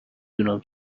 دونم